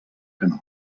canó